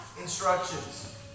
instructions